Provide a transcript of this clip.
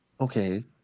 okay